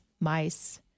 mice